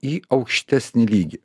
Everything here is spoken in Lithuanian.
į aukštesnį lygį